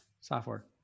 software